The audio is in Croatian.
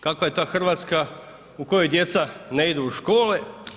Kakva je ta Hrvatska u kojoj djeca ne idu u škole?